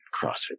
CrossFit